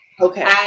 okay